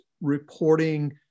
reporting